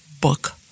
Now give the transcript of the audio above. book